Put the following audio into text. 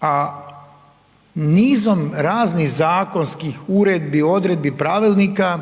a nizom raznih zakonskih uredbi, odredbi, pravilnika